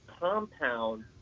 compound